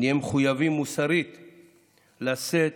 נהיה מחויבים מוסרית לשאת,